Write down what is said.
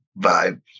vibe